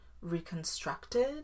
reconstructed